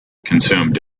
consumed